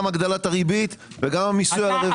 גם הגדלת הריבית וגם המיסוי על הרווח.